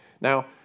Now